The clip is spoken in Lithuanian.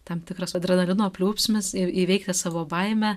tam tikras adrenalino pliūpsnis ir įveikti savo baimę